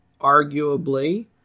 arguably